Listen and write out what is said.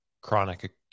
chronic